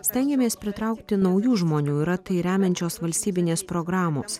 stengiamės pritraukti naujų žmonių yra tai remiančios valstybinės programos